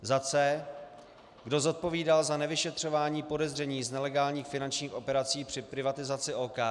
c) kdo zodpovídal za nevyšetřování podezření z nelegálních finančních operací při privatizaci OKD,